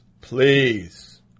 please